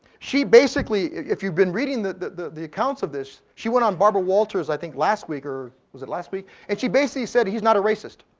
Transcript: she basically, if you've been reading the the accounts of this, she went on barbara walters, i think last week, or is it last week? and she basically said, he's not a racist,